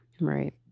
right